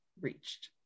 reached